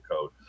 code